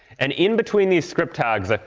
and in between these script tags, like